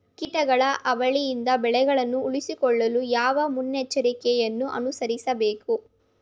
ಕೀಟಗಳ ಹಾವಳಿಯಿಂದ ಬೆಳೆಗಳನ್ನು ಉಳಿಸಿಕೊಳ್ಳಲು ಯಾವ ಮುನ್ನೆಚ್ಚರಿಕೆಗಳನ್ನು ಅನುಸರಿಸಬೇಕು?